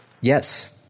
Yes